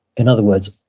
in other words,